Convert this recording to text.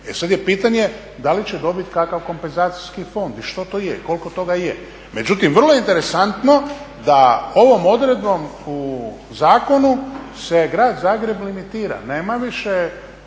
e sada je pitanje da li će dobiti kakav kompenzacijski fond i što to je koliko toga je. Međutim vrlo je interesantno da ovom odredbom u zakonu se grad Zagreb limitira, nema više